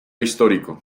histórico